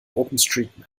openstreetmap